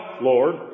Lord